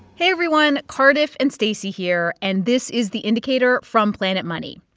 hey, everyone. cardiff and stacey here, and this is the indicator from planet money.